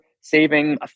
saving